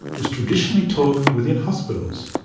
was traditionally taught within hospitals.